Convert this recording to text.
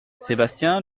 sébastien